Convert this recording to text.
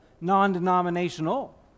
non-denominational